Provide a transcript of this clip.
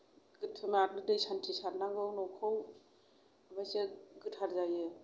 गोथार दै सानथि सारनांगौ न'खौ ओमफ्रायसो गोथार जायो